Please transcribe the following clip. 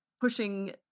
pushing